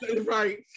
right